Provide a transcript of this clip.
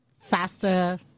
faster